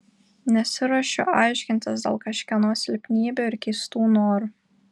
nesiruošiu aiškintis dėl kažkieno silpnybių ir keistų norų